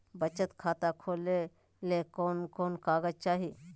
बचत खाता खोले ले कोन कोन कागज चाही?